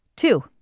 Two